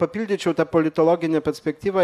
papildyčiau tą politologinę perspektyvą